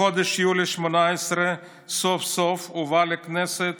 בחודש יולי 2018 הובא סוף-סוף לכנסת